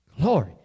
Glory